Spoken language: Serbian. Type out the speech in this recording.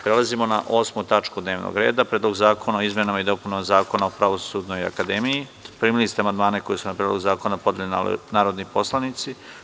Prelazimo na 8. tačku dnevnog reda – PREDLOG ZAKONA O IZMENAMA I DOPUNAMA ZAKONA O PRAVOSUDNOJ AKADEMIJI Primili ste amandmane koje su na predlog zakona podneli narodni poslanici.